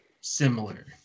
similar